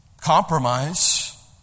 compromise